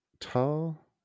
tall